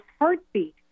heartbeat